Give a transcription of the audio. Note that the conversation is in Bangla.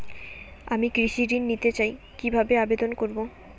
আমি কৃষি ঋণ নিতে চাই কি ভাবে আবেদন করব?